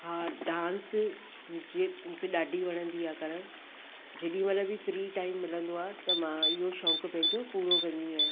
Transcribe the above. हा डांस मूंखे ॾाढी वणंदी आहे करणु जेॾीमहिल बि फ्री टाइम मिलंदो आहे त मां इहो शौक़ु पंहिंजो पूरो कंदी आहियां